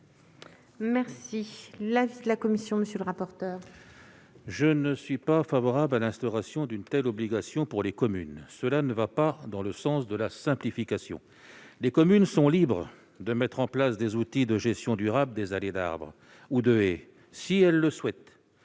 est l'avis de la commission de l'aménagement du territoire ? Je ne suis pas favorable à l'instauration d'une telle obligation pour les communes, car elle ne va pas dans le sens de la simplification. Les communes sont libres de mettre en place des outils de gestion durable des allées d'arbres ou de haies, si elles le souhaitent